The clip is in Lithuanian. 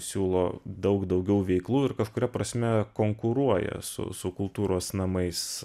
siūlo daug daugiau veiklų ir kažkuria prasme konkuruoja su su kultūros namais